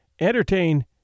entertain